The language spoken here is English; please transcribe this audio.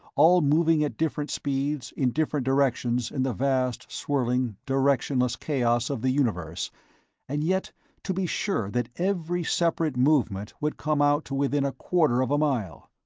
all moving at different speeds in different directions in the vast swirling directionless chaos of the universe and yet to be sure that every separate movement would come out to within a quarter of a mile!